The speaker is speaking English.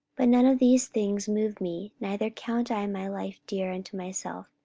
but none of these things move me, neither count i my life dear unto myself,